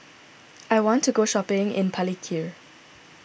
I want to go shopping in Palikir